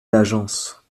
l’agence